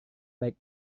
baik